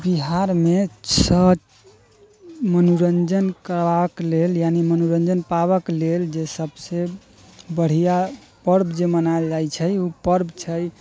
बिहारमे छ मनोरञ्जन कराबऽके लेल यानि मनोरञ्जन पाबऽके लेल जे सबसँ बढ़िआँ पर्व जे मनायल जाइ छै उ पर्व छै